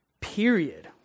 Period